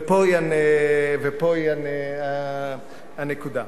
ופה היא הנקודה.